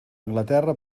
anglaterra